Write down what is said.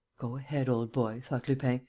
go ahead, old boy, thought lupin,